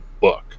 book